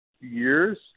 years